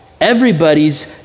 everybody's